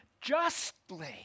justly